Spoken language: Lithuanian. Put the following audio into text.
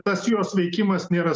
tas jos veikimas nėra